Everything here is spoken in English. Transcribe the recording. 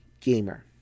gamer